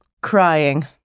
crying